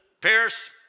Pierce